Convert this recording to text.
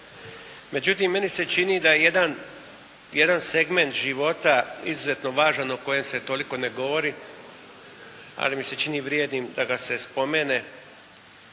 Međutim, meni se čini da je jedan segment života izuzetno važan o kojem se toliko ne govori, ali mi se čini vrijednim da ga se spomene.